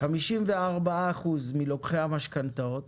54 אחוז מלוקחי המשכנתאות